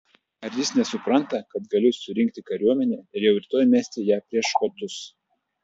ar jis nesupranta kad galiu surinkti kariuomenę ir jau rytoj mesti ją prieš škotus